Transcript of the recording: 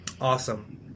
Awesome